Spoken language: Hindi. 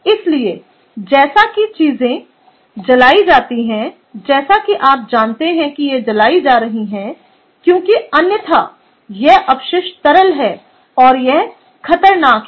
इसलिए जैसा कि चीजें जलाई जाती हैं जैसा कि आप जानते हैं कि यह जलाई जा रही हैं क्योंकि अन्यथा यह अपशिष्ट तरल है और यह खतरनाक है